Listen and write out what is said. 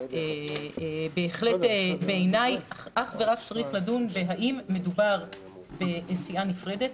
שבהחלט בעיני אך ורק צריך לדון בהאם מדובר בסיעה נפרדת,